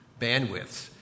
bandwidths